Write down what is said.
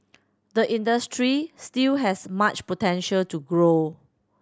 the industry still has much potential to grow